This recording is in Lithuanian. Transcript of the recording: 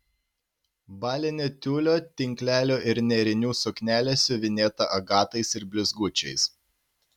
balinė tiulio tinklelio ir nėrinių suknelė siuvinėta agatais ir blizgučiais